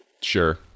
Sure